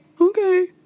Okay